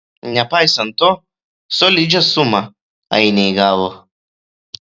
nepaisant to solidžią sumą ainiai gavo